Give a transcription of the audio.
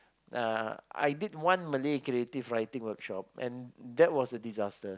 uh I did one Malay creative writing workshop and that was a disaster